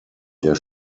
der